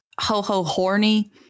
ho-ho-horny